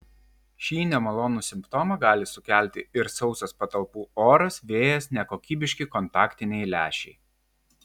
šį nemalonų simptomą gali sukelti ir sausas patalpų oras vėjas nekokybiški kontaktiniai lęšiai